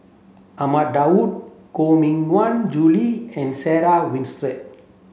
Ahmad Daud Koh Mui Hiang Julie and Sarah Winstedt